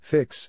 Fix